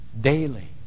daily